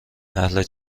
اهل